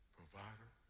provider